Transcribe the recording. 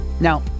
Now